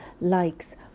likes